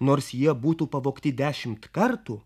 nors jie būtų pavogti dešimt kartų